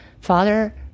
father